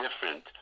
different